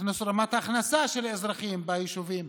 הכנסה של האזרחים ביישובים,